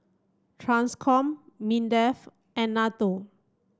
TRANSCOM MINDEF and NATO